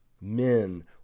Men